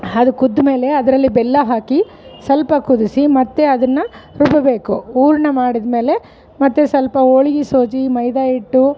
ಅದ್ ಕುದ್ದ ಮೇಲೆ ಅದರಲ್ಲಿ ಬೆಲ್ಲ ಹಾಕಿ ಸ್ವಲ್ಪ ಕುದಿಸಿ ಮತ್ತು ಅದನ್ನು ರುಬ್ಬಬೇಕು ಹೂರ್ಣ ಮಾಡಿದ್ಮೇಲೆ ಮತ್ತು ಸ್ವಲ್ಪ ಹೋಳಿಗೆ ಸೋಜಿ ಮೈದಾ ಹಿಟ್ಟು